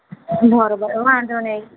બરાબર વાંધો નહીં